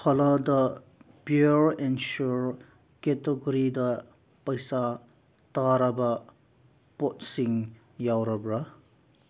ꯐꯂꯥꯗꯥ pure and sure ꯀꯦꯇꯣꯒ꯭ꯔꯤꯗ ꯄꯩꯁꯥ ꯇꯥꯔꯕ ꯄꯣꯠꯁꯤꯡ ꯌꯥꯎꯔꯕ꯭ꯔꯥ